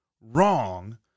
wrong